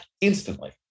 instantly